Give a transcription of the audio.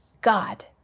God